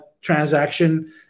transaction